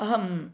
अहं